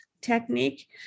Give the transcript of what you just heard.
technique